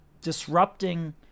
disrupting